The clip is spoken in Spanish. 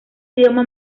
idioma